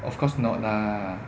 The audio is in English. of course not lah